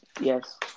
Yes